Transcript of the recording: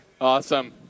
Awesome